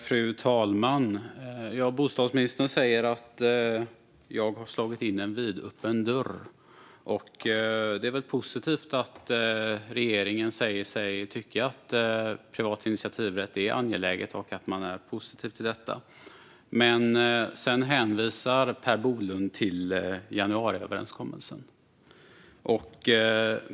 Fru talman! Bostadsministern säger att jag har slagit in en vidöppen dörr. Det är väl positivt att regeringen säger sig tycka att privat initiativrätt är angeläget och att man är positiv till den. Men sedan hänvisar Per Bolund till januariöverenskommelsen.